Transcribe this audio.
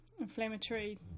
inflammatory